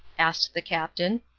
asked the captain.